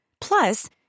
Plus